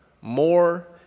more